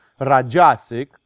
rajasic